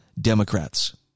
Democrats